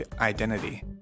identity